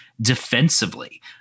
defensively